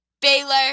Baylor